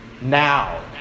now